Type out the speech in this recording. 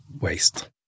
waste